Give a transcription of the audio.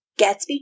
Gatsby